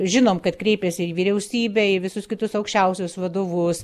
žinom kad kreipėsi į vyriausybę į visus kitus aukščiausius vadovus